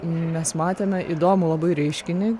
mes matėme įdomų labai reiškinį